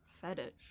fetish